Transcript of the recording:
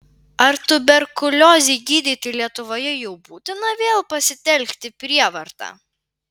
ar tuberkuliozei gydyti lietuvoje jau būtina vėl pasitelkti prievartą